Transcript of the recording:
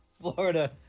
Florida